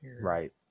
right